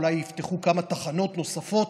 אולי יפתחו כמה תחנות נוספות.